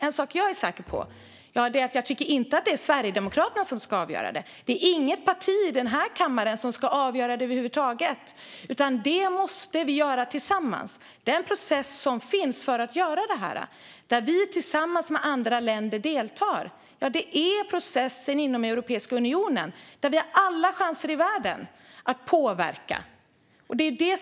En sak är jag säker på, och det är att jag inte tycker att det är Sverigedemokraterna som ska avgöra det. Det är över huvud taget inget parti i denna kammare som ska avgöra det, utan det måste vi göra tillsammans. Den process som finns för detta, där vi tillsammans med andra länder deltar, är processen inom Europeiska unionen. Där har vi alla chanser i världen att påverka.